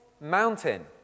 mountain